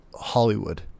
Hollywood